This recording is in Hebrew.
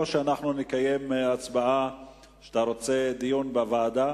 או שאנחנו נקיים הצבעה על כך שאתה רוצה דיון בוועדה?